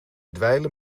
dweilen